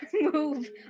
move